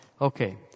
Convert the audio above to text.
Okay